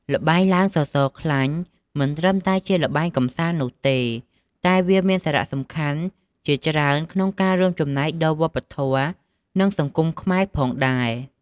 ល្បែងឡើងសសរខ្លាញ់មិនត្រឹមតែជាល្បែងកម្សាន្តនោះទេ តែវាមានសារៈសំខាន់ជាច្រើនក្នុងការរួមចំណែកដល់វប្បធម៌ និងសង្គមខ្មែរផងដែរ។